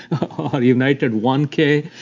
or a united one k,